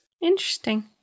Interesting